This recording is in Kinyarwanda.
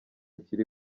kiri